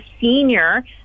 senior